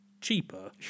cheaper